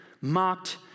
mocked